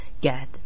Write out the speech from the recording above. get